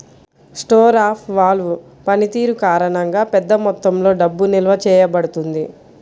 store of value పనితీరు కారణంగా, పెద్ద మొత్తంలో డబ్బు నిల్వ చేయబడుతుంది